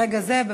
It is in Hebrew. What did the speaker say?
מרגע זה.